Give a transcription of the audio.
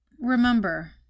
remember